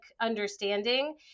understanding